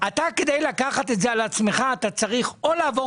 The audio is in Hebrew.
כדי לקחת את זה על עצמך אתה צריך או לעבור